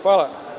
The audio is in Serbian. Hvala.